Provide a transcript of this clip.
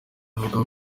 avuga